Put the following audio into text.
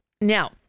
Now